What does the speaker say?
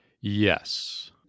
Yes